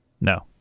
No